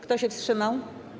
Kto się wstrzymał?